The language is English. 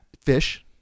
Fish